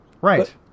Right